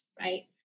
right